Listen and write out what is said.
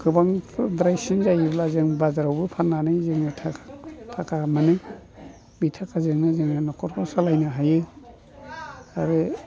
गोबांद्रायसो जायोब्ला जों बाजारावबो फाननानै जों थाखा मोनो बे थाखाजोंनो जोङो न'खरखौ सालायनो हायो आरो